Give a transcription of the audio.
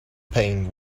paint